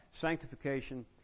Sanctification